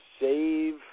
save